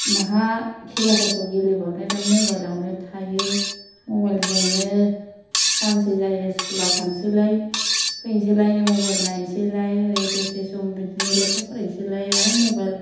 माहा खेलाफोरखौ गेलेबावनो दा मबाइलाव नो थायो मबाइल जोंनो सानसे जायो स्कुलाव थांनोसैलाय फैनोसैलाय नै मबाइल नायनोसैलाय ओरै दसे सम बिदिनो लेखा फरायनोसैलाय आर मबाइल